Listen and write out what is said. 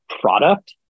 product